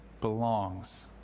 belongs